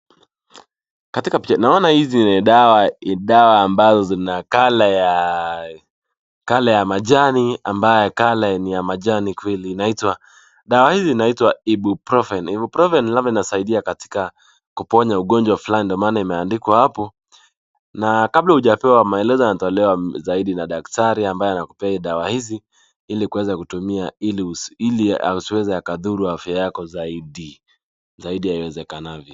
Katika picha naona hizi ni dawa, dawa ambazo zina colour ya, colour ya majani ambayo colour ni ya majani kweli. Inaitwa, dawa hizi inaitwa ibuprofen . Ibuprofen labda inasaidia katika kuponya ugonjwa fulani ndio maana imeandikwa hapo. Na kabla hujapewa maelezo yanatolewa zaidi na daktari ambaye anakupea hizi dawa hizi, ili kuweza kutumia ili isiweze ikadhuru afya yako zaidi, zaidi ya iwezekanavyo.